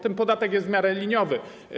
Ten podatek jest w miarę liniowy.